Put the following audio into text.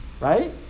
right